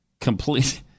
complete